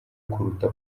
kuruta